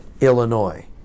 Illinois